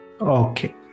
okay